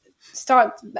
start